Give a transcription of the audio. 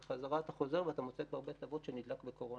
אתה חוזר ואתה מוצא כבר בית אבות שנדבק בקורונה.